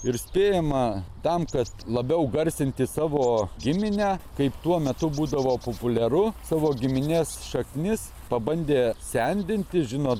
ir spėjama tam kad labiau garsinti savo giminę kaip tuo metu būdavo populiaru savo giminės šaknis pabandė sendinti žinot